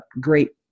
great